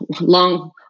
long